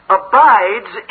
abides